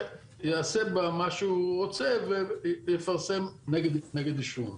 שיעשה בה מה שהוא רוצה ויפרסם נגד עישון.